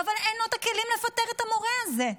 אבל אין לו את הכלים לפטר את המורה הזה.